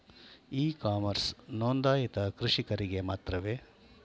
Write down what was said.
E commerce ನೊಂದಾಯಿತ ಕೃಷಿಕರಿಗೆ ಮಾತ್ರವೇ?